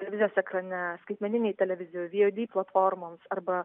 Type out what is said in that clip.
televizijos ekrane skaitmeninei televizijai viedi platformoms arba